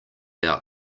out